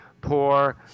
Poor